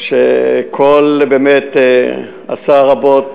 שעשה רבות